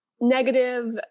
negative